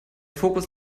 fokus